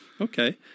Okay